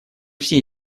все